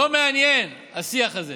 לא מעניין השיח הזה.